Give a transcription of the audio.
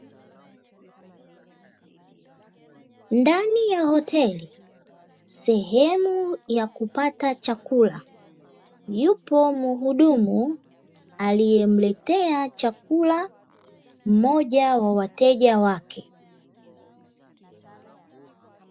Ndani ya hoteli sehemu ya kupata chakula, yupo mhudumu aliyemletea chakula mmoja wa wateja wake.